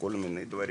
וכל מיני דברים,